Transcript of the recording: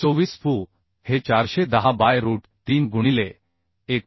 24 Fu हे 410 by root 3 गुणिले 1